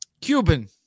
Cuban